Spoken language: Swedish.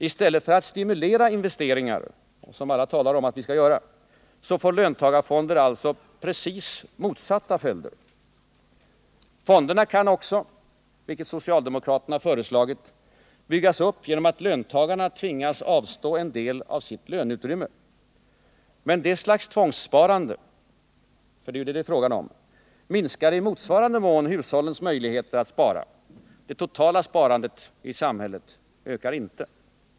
I stället för att stimulera investeringar, som alla talar om att vi skall göra, får löntagarfonder alltså precis motsatta följder. Fonderna kan också — vilket socialdemokraterna föreslagit — byggas upp genom att löntagarna tvingas avstå en del av sitt löneutrymme. Men det slaget av tvångssparande — det är det som det är fråga om — minskar i motsvarande mån hushållens möjligheter att spara. Det totala sparandet i samhället ökar inte.